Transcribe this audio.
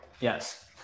Yes